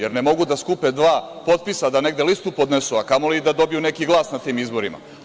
Jer ne mogu da skupe dva potpisa da negde listu podnesu, a kamoli da dobiju neki glas na tim izborima.